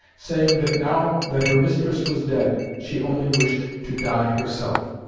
saying that, now that her mistress was dead, she only wished to die herself.